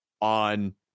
on